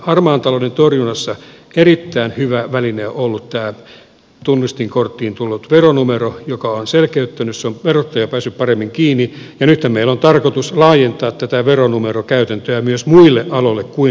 harmaan talouden torjunnassa erittäin hyvä väline on ollut tämä tunnistinkorttiin tullut veronumero joka on selkeyttänyt on verottaja päässyt paremmin kiinni ja nythän meillä on tarkoitus laajentaa tätä veronumerokäytäntöä myös muille aloille kuin rakennusalalle